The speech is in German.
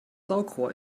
saugrohr